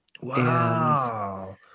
Wow